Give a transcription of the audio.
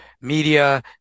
media